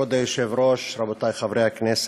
כבוד היושב-ראש, רבותי חברי הכנסת,